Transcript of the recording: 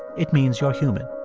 it means you're human